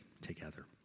together